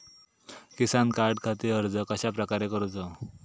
किसान कार्डखाती अर्ज कश्याप्रकारे करूचो?